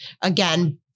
Again